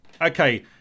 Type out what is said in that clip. okay